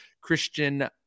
Christian